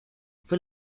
fue